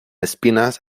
espinas